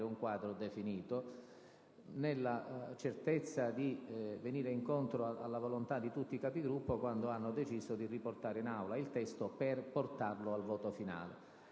un quadro definito, nella certezza di venire incontro alla volontà di tutti i Capigruppo quando hanno deciso di riportare il testo in Aula per arrivare al voto finale.